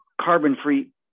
carbon-free